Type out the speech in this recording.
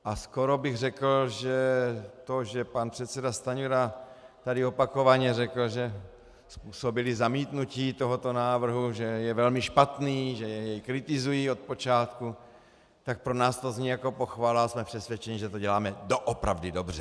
A skoro bych řekl, že to, že pan předseda Stanjura tady opakovaně řekl, že způsobili zamítnutí tohoto návrhu, že je velmi špatný, že jej kritizují od počátku, tak pro nás to zní jako pochvala a jsme přesvědčeni, že to děláme doopravdy dobře.